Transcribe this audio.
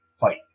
fight